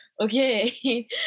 okay